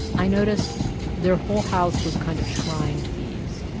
i noticed their whole house was a kind of shrine to bees.